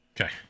Okay